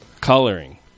coloring